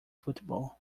football